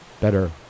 better